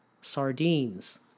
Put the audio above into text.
sardines